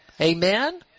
Amen